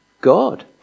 God